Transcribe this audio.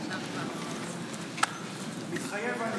מתחייב אני